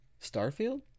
Starfield